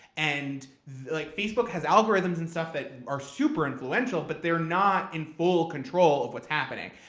and like facebook has algorithms and stuff that are super influential, but they're not in full control of what's happening.